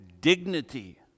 dignity